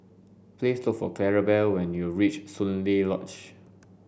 please look for Clarabelle when you reach Soon Lee Lodge